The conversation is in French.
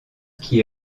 qui